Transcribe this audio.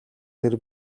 тэр